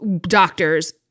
doctors